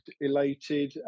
elated